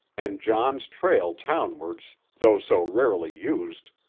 and john's trail townwards, though so rarely used,